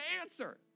answer